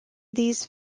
these